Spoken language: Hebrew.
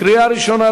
בקריאה ראשונה.